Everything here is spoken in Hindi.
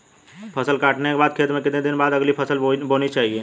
फसल काटने के बाद खेत में कितने दिन बाद अगली फसल बोनी चाहिये?